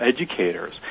educators